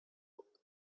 open